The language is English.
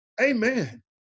Amen